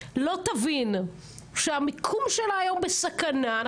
לא תבין שהמיקום שלה היום בסכנה,